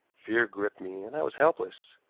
fear gripped me, and i was helpless.